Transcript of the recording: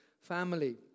family